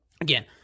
Again